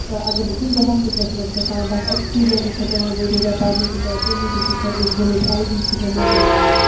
اگر بہٕ کُنہِ تہِ ہاسپِٹلَس منٛز گَژھان بَس اٮ۪کٕسپیٖرینٕس چھےٚ پٮ۪وان ضٔروٗرت تَتہِ تِکیٛازِ تَمہِ موٗجوٗب تہِ چھِ أسۍ گٔمٕتۍ اٮ۪ل ڈی چھِ گٔمٕتۍ یا